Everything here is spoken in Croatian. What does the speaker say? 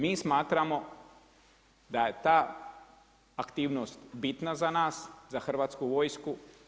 Mi smatramo da je ta aktivnost bitna za nas, za Hrvatsku vojsku.